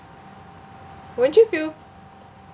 won't you feel